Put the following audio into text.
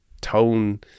tone